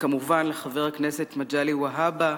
וכמובן לחבר הכנסת מגלי והבה,